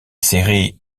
serie